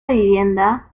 vivienda